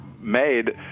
made